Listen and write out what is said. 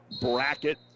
bracket